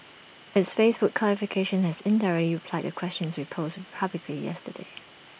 its Facebook clarification has indirectly replied the questions we posed publicly yesterday